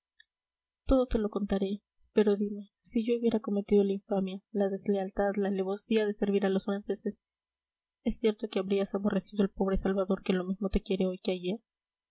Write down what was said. todo te lo contaré pero dime si yo hubiera cometido la infamia la deslealtad la alevosía de servir a los franceses es cierto que habrías aborrecido al pobre salvador que lo mismo te quiere hoy que ayer